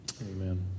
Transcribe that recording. Amen